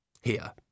here